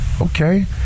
Okay